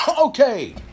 Okay